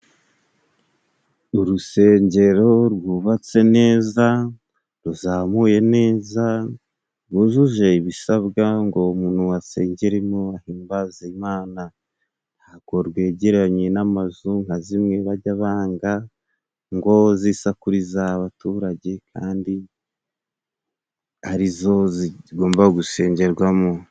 Urusengero rwubatse neza, ruzamuye neza, rwujuje ibisabwa ngo umuntu asengeremo ahimbaza Imana. Ntago rwegeranye n'amazu nka zimwe bajya banga ngo zisakuriza abaturage kandi arizo zigomba gusengerwamo.